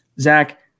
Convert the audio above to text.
Zach